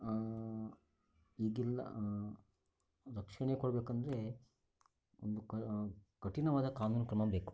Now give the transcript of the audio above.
ಈಗಿಲ್ಲ ರಕ್ಷಣೆ ಕೊಡಬೇಕೆಂದ್ರೆ ಒಂದು ಕಠಿಣವಾದ ಕಾನೂನು ಕ್ರಮ ಬೇಕು